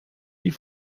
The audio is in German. die